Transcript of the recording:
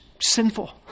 sinful